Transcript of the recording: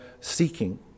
seeking